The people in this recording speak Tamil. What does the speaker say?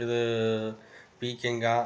இது பீக்கங்காய்